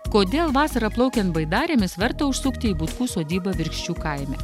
kodėl vasarą plaukiant baidarėmis verta užsukti į butkų sodybą virkščių kaime